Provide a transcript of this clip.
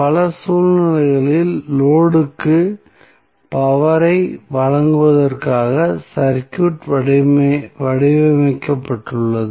பல சூழ்நிலைகளில் லோடு க்கு பவர் ஐ வழங்குவதற்காக சர்க்யூட் வடிவமைக்கப்பட்டுள்ளது